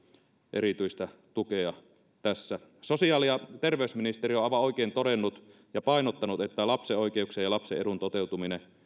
erityistä tukea tässä sosiaali ja terveysministeriö on aivan oikein todennut ja painottanut että lapsen oikeuksien ja lapsen edun toteutuminen